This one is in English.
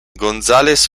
gonzales